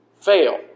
fail